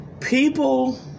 people